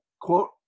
quote